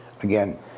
again